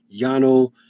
Yano –